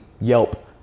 yelp